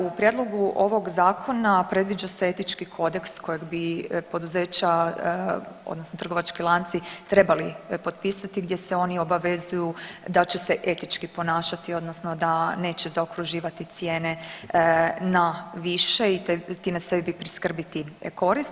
U prijedlogu ovog zakona predviđa se etički kodeks kojeg bi poduzeća odnosno trgovački lanci trebali potpisati gdje se oni obavezuju da će se etički ponašati odnosno da neće zaokruživati cijene na više i time sebi priskrbiti korist.